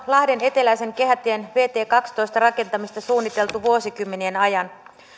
lahden eteläisen kehätien vt kahdentoista rakentamista suunniteltu vuosikymmenien ajan